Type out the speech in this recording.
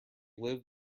live